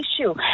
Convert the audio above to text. issue